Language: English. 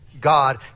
God